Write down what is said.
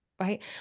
right